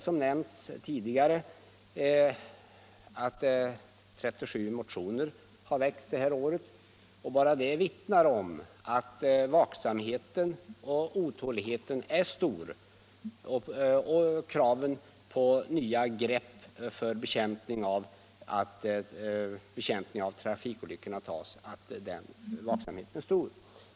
Som nämnts tidigare har 37 motioner väckts, och bara det vittnar om att vaksamheten och otåligheten är stora och att kraven på nya grepp för bekämpning av trafikolyckorna är starka.